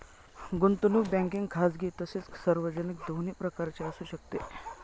गुंतवणूक बँकिंग खाजगी तसेच सार्वजनिक दोन्ही प्रकारची असू शकते